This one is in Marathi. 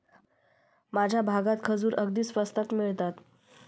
माझ्या भागात खजूर अगदी स्वस्तात मिळतात